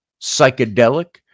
psychedelic